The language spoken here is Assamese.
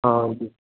অঁ